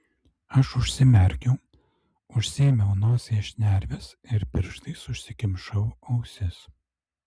aš užsimerkiau užsiėmiau nosies šnerves ir pirštais užsikimšau ausis